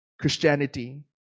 Christianity